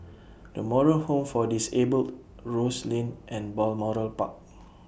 The Moral Home For Disabled Rose Lane and Balmoral Park